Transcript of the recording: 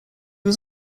was